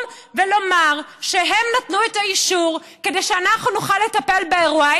ולומר שהם נתנו את האישור כדי שאנחנו נוכל לטפל באירוע.